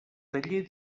taller